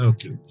Okay